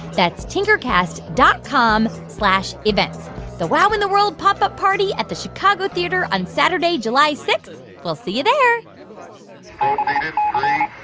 that's tinkercast dot com events the wow in the world pop up party at the chicago theatre on saturday, july six we'll see you there i i